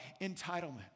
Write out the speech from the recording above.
entitlement